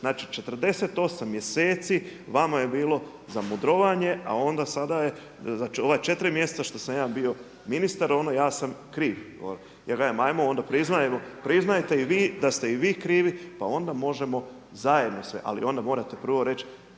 Znači 48 mjeseci vama je bilo za mudrovanje, a onda sada je ova četiri mjeseca što sam ja bio ministar ono ja sam kriv. Ja kažem onda priznajte i vi da ste i vi krivi pa onda možemo zajedno sve, ali onda morate prvo reći